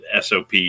SOP